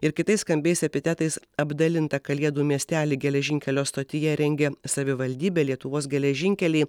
ir kitais skambiais epitetais apdalintą kalėdų miestelį geležinkelio stotyje rengia savivaldybė lietuvos geležinkeliai